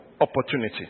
opportunity